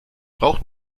braucht